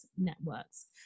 networks